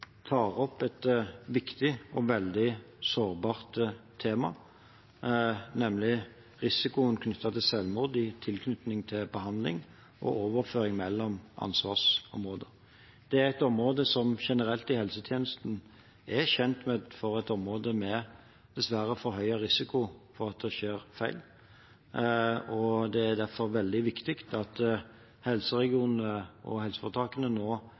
tar opp et viktig og veldig sårbart tema, nemlig risikoen for selvmord i tilknytning til behandling og overføring mellom ansvarsområder. Det er et område som generelt i helsetjenesten er kjent som et område med dessverre forhøyet risiko for at det skjer feil. Det er derfor veldig viktig at helseregionene og helseforetakene nå